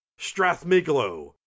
strathmiglo